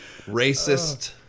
racist